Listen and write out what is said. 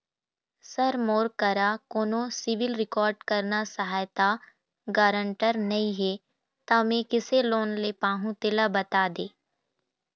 sir मोर करा कोन्हो सिविल रिकॉर्ड करना सहायता गारंटर नई हे ता मे किसे लोन ले पाहुं तेला बता दे